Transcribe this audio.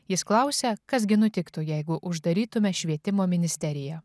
jis klausia kas gi nutiktų jeigu uždarytume švietimo ministeriją